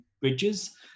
Bridges